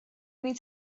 only